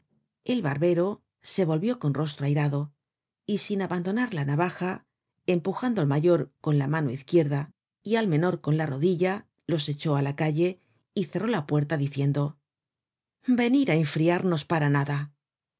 el barbero se volvió con rostro airado y sin abandonar la navaja empujando al mayor con la mano izquierda y al menor con la rodilla los echó á la calle y cerró la puerta diciendo venir á enfriarnos para nada los